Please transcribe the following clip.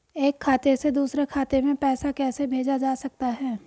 एक खाते से दूसरे खाते में पैसा कैसे भेजा जा सकता है?